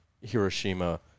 Hiroshima